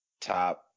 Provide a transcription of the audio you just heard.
top